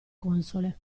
console